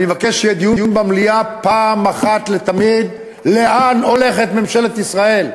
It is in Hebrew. אני מבקש שיהיה דיון במליאה פעם אחת לתמיד לאן הולכת ממשלת ישראל.